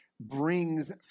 brings